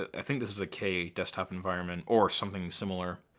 i think this is a k desktop environment or something similar.